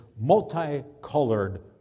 multicolored